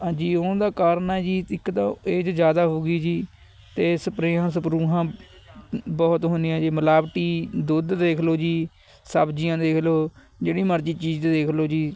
ਹਾਂਜੀ ਉਹਦਾ ਕਾਰਨ ਹੈ ਜੀ ਇੱਕ ਤਾਂ ਏਜ਼ ਜ਼ਿਆਦਾ ਹੋ ਗਈ ਜੀ ਅਤੇ ਸਪਰੇਹਾਂ ਸਪਰੂਹਾਂ ਬਹੁਤ ਹੁੰਦੀਆਂ ਜੀ ਮਿਲਾਵਟੀ ਦੁੱਧ ਦੇਖ ਲਉ ਜੀ ਸਬਜ਼ੀਆਂ ਦੇਖ ਲਉ ਜਿਹੜੀ ਮਰਜ਼ੀ ਚੀਜ਼ ਦੇਖ ਲਉ ਜੀ